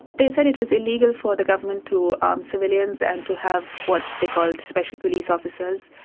they said it was illegal for the government to arm civilians and to have what they called special police officers,